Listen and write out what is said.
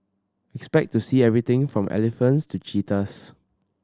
expect to see everything from elephants to cheetahs